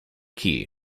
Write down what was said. key